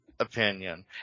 Opinion